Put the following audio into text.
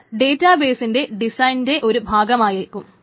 അത് ഡേറ്റാ ബെയ്സിന്റെ ഡിസൈൻന്റെ ഒരു ഭാഗമാക്കും